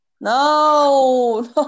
No